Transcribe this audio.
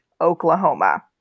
Oklahoma